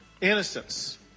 innocence